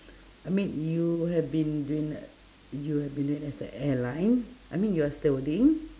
I mean you have been doing the you have been as an airline I mean you are stewarding